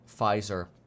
Pfizer